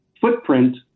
footprint